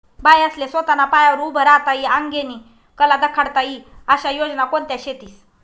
बायास्ले सोताना पायावर उभं राहता ई आंगेनी कला दखाडता ई आशा योजना कोणत्या शेतीस?